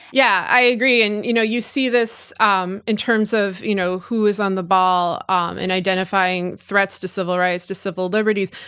yeah i agree and you know you see this um in terms of you know who is on the ball um and identifying threats to civil rights, to civil liberties,